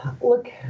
Look